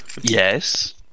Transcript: Yes